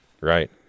Right